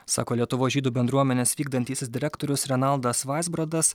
sako lietuvos žydų bendruomenės vykdantysis direktorius renaldas vaizbrodas